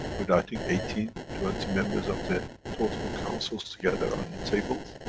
with i think eighteen, twenty members of the total councils together on the table,